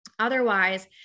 Otherwise